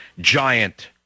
giant